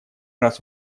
раз